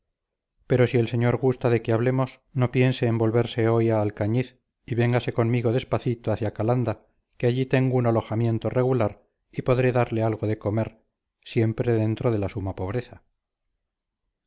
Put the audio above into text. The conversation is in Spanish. pero si el señor gusta de que hablemos no piense en volverse hoy a alcañiz y véngase conmigo despacito hacia calanda que allí tengo un alojamiento regular y podré darle algo de comer siempre dentro de la suma pobreza